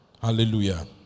Hallelujah